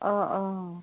অঁ অঁ